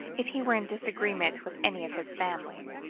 if he were in disagreement with any of his family.